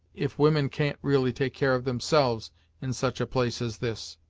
if women can't really take care of themselves in such a place as this.